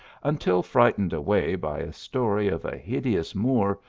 until fright ened away by a story of a hideous moor,